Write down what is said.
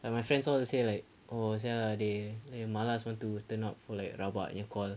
like my friends all they say like oh sia lah they they malas want to turn out for like rabak punya call